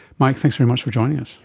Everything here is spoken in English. mike, thanks very much for joining us.